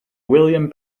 william